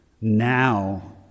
now